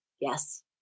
Yes